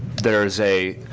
there's a.